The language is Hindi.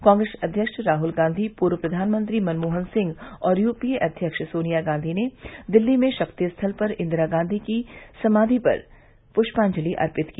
कांग्रेस अध्यक्ष राहल गांधी पूर्व प्रधानमंत्री मनमोहन सिंह और यूपीए अव्यक्ष सोनिया गांधी ने दिल्ली में शक्ति स्थल पर इंदिरा गांधी की समाधि पर पृष्पांजलि अर्पित की